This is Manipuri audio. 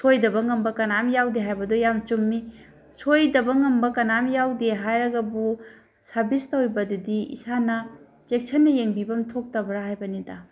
ꯁꯣꯏꯗꯕ ꯉꯝꯕ ꯀꯅꯥꯝ ꯌꯥꯎꯗꯦ ꯍꯥꯏꯕꯗꯣ ꯌꯥꯝ ꯆꯨꯝꯃꯤ ꯁꯣꯏꯗꯕ ꯉꯝꯕ ꯀꯅꯥꯝ ꯌꯥꯎꯗꯦ ꯍꯥꯏꯔꯒꯕꯨ ꯁꯥꯔꯕꯤꯁ ꯇꯧꯔꯤꯕꯗꯨꯗꯤ ꯏꯁꯥꯅ ꯆꯦꯛꯁꯤꯟꯅ ꯌꯦꯡꯕꯤꯐꯝ ꯊꯣꯛꯇꯕ꯭ꯔꯥ ꯍꯥꯏꯕꯅꯤꯗ